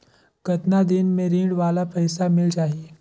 कतना दिन मे ऋण वाला पइसा मिल जाहि?